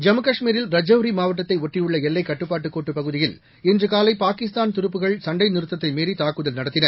ஜம்மு காஷ்மீரில் ரஜோரி மாவட்டத்தை ஒட்டியுள்ள எல்லைக் கட்டுப்பாட்டுக் கோட்டுப் பகுதியில் இன்று காலை பாகிஸ்தான் துருப்புக்கள் சண்டை நிறுத்தத்தை மீறி தாக்குதல் நடத்தின